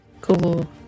Cool